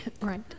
Right